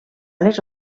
les